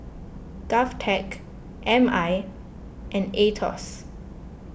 Govtech M I and Aetos